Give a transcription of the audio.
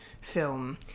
film